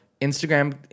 Instagram